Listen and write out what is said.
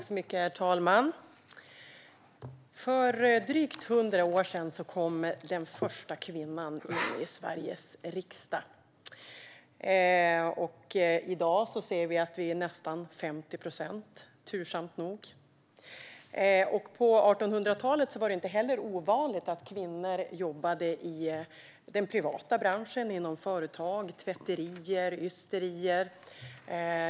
Herr talman! För drygt 100 år sedan kom den första kvinnan in i Sveriges riksdag. I dag ser vi att vi är nästan 50 procent, tursamt nog. På 1800-talet var det inte heller ovanligt att kvinnor jobbade i den privata sektorn, inom företag som tvätterier eller ysterier.